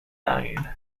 line